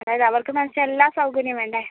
അതായത് അവർക്ക് എന്നുവെച്ചാൽ എല്ലാ സൗകര്യവും വേണ്ടേ